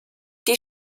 die